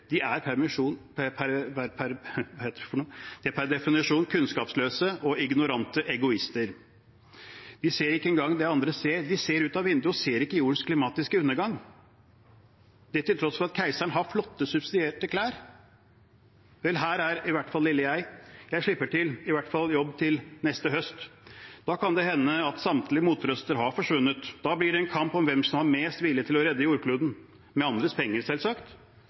De er per definisjon kunnskapsløse og ignorante egoister. De ser ikke engang det andre ser, de ser ut av vinduet og ser ikke jordens klimatiske undergang – det til tross for at keiseren har flotte, subsidierte klær. Vel, her er i hvert fall lille jeg. Jeg slipper til, jeg har i hvert fall jobb til neste høst. Da kan det hende at samtlige motrøster har forsvunnet. Da blir det en kamp om hvem som har mest vilje til å redde jordkloden – med andres penger, selvsagt.